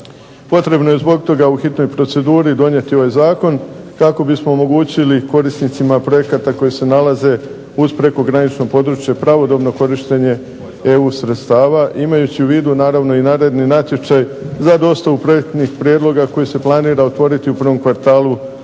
Potrebno je zbog toga u hitnoj proceduri donijeti ovaj Zakon kako bismo omogućili korisnicima projekata koji se nalaze uz prekogranično područje pravodobno korištenje EU sredstava imajući u vidu naravno naredni natječaj za dostavu projektnih prijedloga koji se planira otvoriti u prvom kvartalu ove